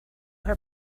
her